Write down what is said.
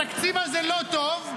התקציב הזה לא טוב,